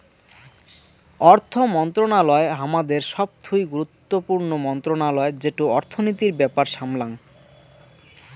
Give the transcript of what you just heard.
অর্থ মন্ত্রণালয় হামাদের সবথুই গুরুত্বপূর্ণ মন্ত্রণালয় যেটো অর্থনীতির ব্যাপার সামলাঙ